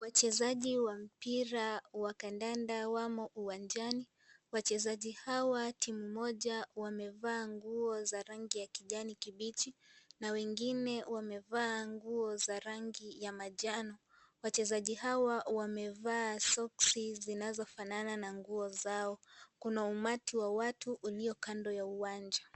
Wachezaji wa mpira ya kandanda wamo uwanjani, wachezaji hawa timu moja wamevaa nguo za rangi ya kijani kibichi na wengine wamevaa nguo za rangi ya manjano. Wachezaji hawa wamevaa soksi zinazofanana na nguo zao. Kuna umati wa watu ulio kando ya uwanja.